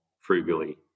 frugally